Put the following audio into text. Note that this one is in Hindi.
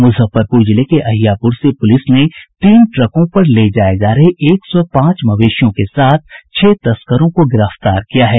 मुजफ्फरपुर जिले के अहियापुर से पुलिस ने तीन ट्रकों पर ले जाये जा रहे एक सौ पांच मवेशियों के साथ छह तस्करों को गिरफ्तार किया है